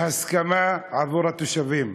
בהסכמה, עבור התושבים.